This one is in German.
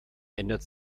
ändert